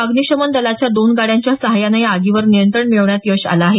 अग्निशमन दलाच्या दोन गाड्यांच्या सहाय्यानं या आगीवर नियंत्रण मिळवण्यात यश आलं आहे